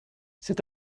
c’est